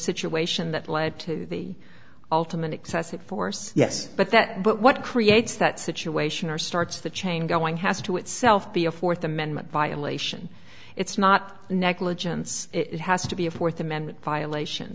situation that led to the ultimate excessive force yes but that but what creates that situation are starts the chain going has to itself be a fourth amendment violation it's not negligence it has to be a fourth amendment violation